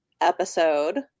episode